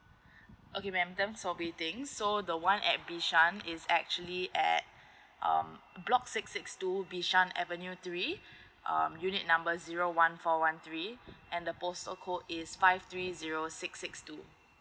okay ma'am thanks for waiting so the one at bishan is actually at um block six six two bishan avenue three um unit number zero one four one three and the postal code is five three zero six six two